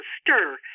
stir